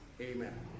Amen